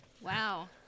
Wow